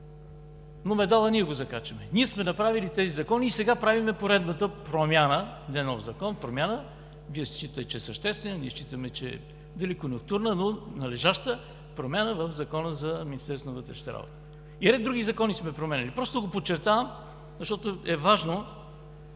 но медалът ние го закачваме. Ние сме направили тези закони и сега правим поредната промяна – не нов закон, а промяна. Вие считате, че е съществена, ние считаме – дали е конюнктурна, но е належаща промяна в Закона за МВР. И ред други закони сме променяли. Просто го подчертавам, защото е важно.